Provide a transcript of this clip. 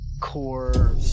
core